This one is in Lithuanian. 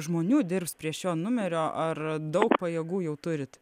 žmonių dirbs prie šio numerio ar daug pajėgų jau turit